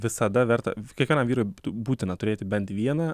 visada verta kiekvienam vyrui būtina turėti bent vieną